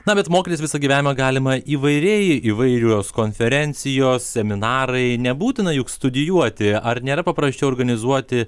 na bet mokytis visą gyvenimą galima įvairiai įvairios konferencijos seminarai nebūtina juk studijuoti ar nėra paprasčiau organizuoti